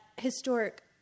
historic